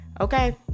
okay